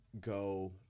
go –